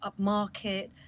upmarket